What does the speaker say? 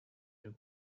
you